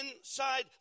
inside